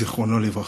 זיכרונו לברכה,